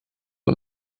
and